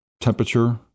temperature